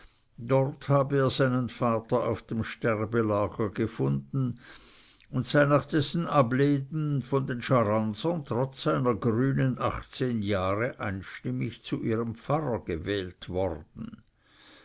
dort habe er seinen vater auf dem sterbelager gefunden und sei nach dessen ableben von den scharansern trotz seiner grünen achtzehn jahre einstimmig zu ihrem pfarrer gewählt worden